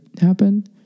happen